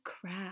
crap